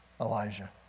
Elijah